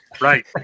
Right